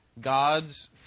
God's